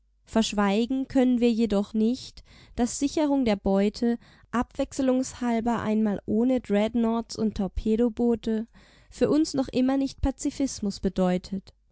verschweigen können wir jedoch daß sicherung der beute abwechselungshalber einmal ohne dreadnoughts und torpedoboote für uns noch immer nicht pazifismus bedeutet